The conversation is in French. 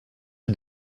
est